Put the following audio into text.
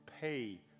pay